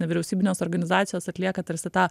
nevyriausybinės organizacijos atlieka tarsi tą